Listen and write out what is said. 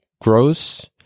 grows